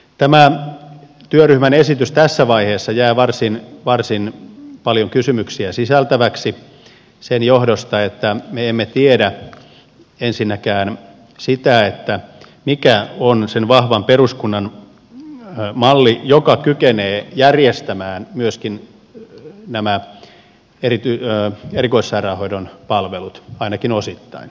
tämä työryhmän esitys tässä vaiheessa jää varsin paljon kysymyksiä sisältäväksi sen johdosta että me emme tiedä ensinnäkään sitä mikä on sen vahvan peruskunnan malli joka kykenee järjestämään myöskin nämä erikoissairaanhoidon palvelut ainakin osittain